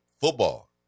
football